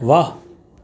واہ